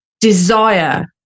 desire